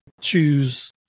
choose